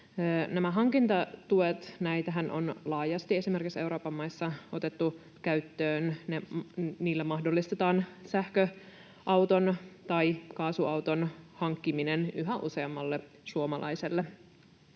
hankintatukiahan on laajasti esimerkiksi Euroopan maissa otettu käyttöön. Niillä mahdollistetaan sähköauton tai kaasuauton hankkiminen yhä useammalle suomalaiselle.